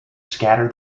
scatter